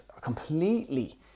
completely